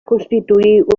constituir